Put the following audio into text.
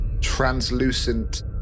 translucent